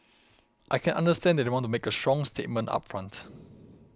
I can understand that they want to make a strong statement up front